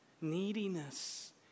Neediness